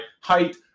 height